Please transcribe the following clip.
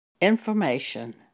information